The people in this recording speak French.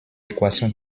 équation